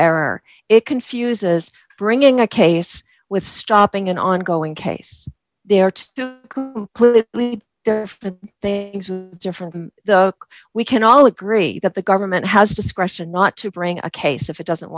error it confuses bringing a case with stopping an ongoing case they are clearly different we can all agree that the government has discretion not to bring a case if it doesn't